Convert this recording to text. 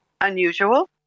unusual